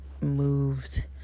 moved